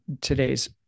today's